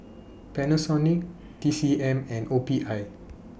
Panasonic T C M and O P I